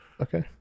Okay